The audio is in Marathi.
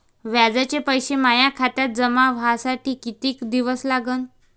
व्याजाचे पैसे माया खात्यात जमा व्हासाठी कितीक दिवस लागन?